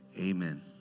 amen